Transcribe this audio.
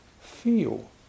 feel